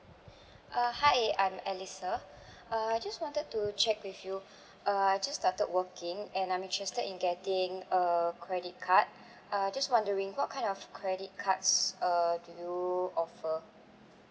uh hi I'm alisa uh I just wanted to check with you uh I just started working and I'm interested in getting a credit card uh just wondering what kind of credit cards uh do you offer